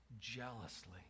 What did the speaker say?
jealously